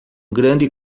grande